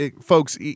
folks